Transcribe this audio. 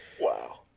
Wow